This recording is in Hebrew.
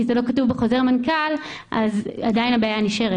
זה לא כתוב בחוזר מנכ"ל אז הבעיה עדיין קיימת.